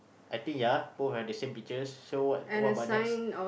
I think ya both have the same picture so what what about next